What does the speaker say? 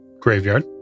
graveyard